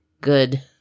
Good